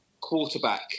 quarterback